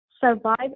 survive